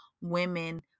women